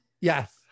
yes